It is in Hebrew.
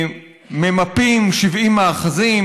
ממפים 70 מאחזים,